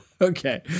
Okay